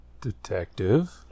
Detective